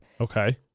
Okay